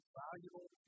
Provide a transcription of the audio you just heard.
valuable